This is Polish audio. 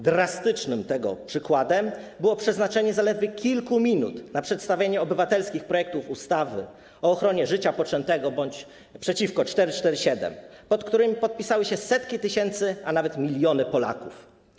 Drastycznym tego przykładem było przeznaczenie zaledwie kilku minut na przedstawienie obywatelskich projektów ustaw o ochronie życia poczętego bądź przeciwko ustawie 447, pod którymi podpisały się setki tysięcy, a nawet miliony Polaków.